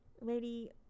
Lady